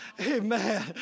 Amen